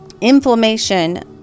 Inflammation